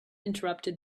interrupted